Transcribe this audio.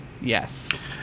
Yes